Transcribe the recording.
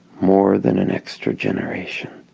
more than an extra generation